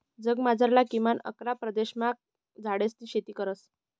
जगमझारला किमान अकरा प्रदेशमा झाडेसनी शेती करतस